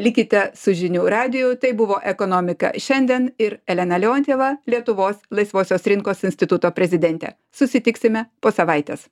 likite su žinių radiju tai buvo ekonomika šiandien ir elena leontjeva lietuvos laisvosios rinkos instituto prezidentė susitiksime po savaitės